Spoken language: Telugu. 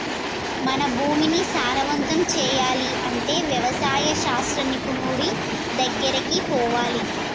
మన భూమిని సారవంతం చేయాలి అంటే వ్యవసాయ శాస్త్ర నిపుణుడి దెగ్గరికి పోవాలి